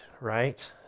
right